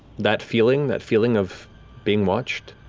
that feeling, that feeling of being watched,